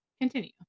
continue